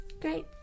Great